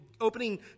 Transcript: opening